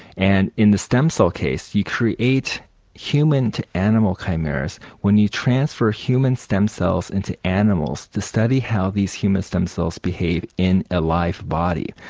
and in the stem cell case you create human to animal chimeras when you transfer human stem cells into animals to study how these human stem cells behave in a live body.